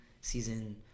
season